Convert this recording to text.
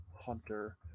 hunter